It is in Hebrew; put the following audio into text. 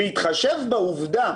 בהתחשב בעובדה